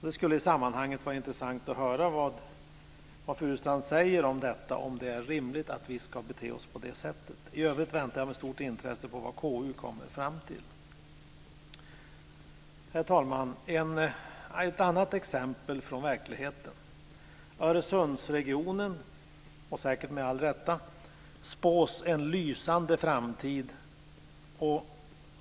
Det skulle i sammanhanget vara intressant att höra vad Furustrand säger om detta, om det är rimligt att vi ska bete oss på det sättet. I övrigt väntar jag med stort intresse på vad KU kommer fram till. Herr talman! Låt mig ta ett annat exempel från verkligheten. Öresundsregionen spås, säkert med all rätt, en lysande framtid.